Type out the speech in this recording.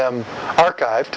them archive